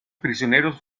prisioneros